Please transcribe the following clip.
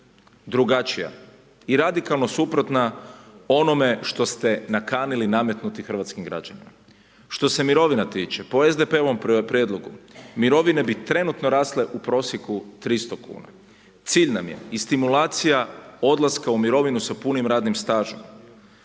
drugačija i radikalno suprotna onome što ste nakanili nametnuti hrvatskim građanima. Što se mirovina tiče, po SDP-ovom prijedlogu mirovine bi trenutno rasle u prosjeku 300 kuna, cilj nam je i stimulacija odlaska u mirovinu sa punim radnim stažem.